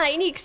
Ini